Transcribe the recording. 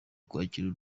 kwakira